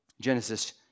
Genesis